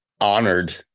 honored